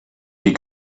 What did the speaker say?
die